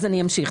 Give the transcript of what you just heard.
אני אמשיך.